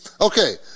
Okay